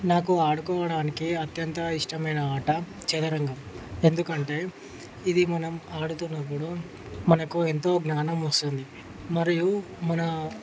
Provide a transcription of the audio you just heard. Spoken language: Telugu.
నాకు ఆడుకోవడానికి అత్యంత ఇష్టమైన ఆట చదరంగం ఎందుకంటే ఇది మనం ఆడుతున్నప్పుడు మనకు ఎంతో జ్ఞానం వస్తుంది మరియు మన